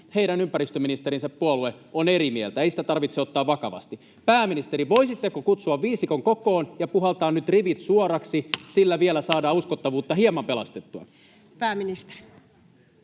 heidän ympäristöministerinsä puolue on eri mieltä, ei sitä tarvitse ottaa vakavasti”. Pääministeri: voisitteko kutsua viisikon kokoon ja puhaltaa nyt rivit suoriksi? Sillä vielä saadaan uskottavuutta hieman pelastettua. [Sari